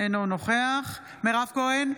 אינו נוכח מירב כהן,